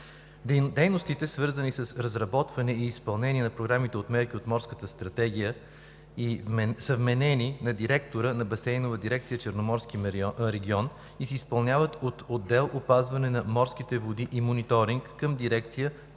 Дейностите, свързани с разработване и изпълнение на програмите от мерки от Морската стратегия, са вменени на директора на Басейнова дирекция „Черноморски регион“ и се изпълняват от отдел „Опазване на морските води и мониторинг“ към дирекция